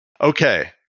Okay